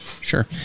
Sure